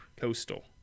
Coastal